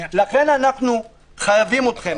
לכן אנו חייבים אתכם.